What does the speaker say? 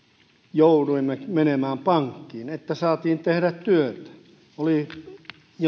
jouduimme menemään pankkiin että saatiin tehdä työtä oli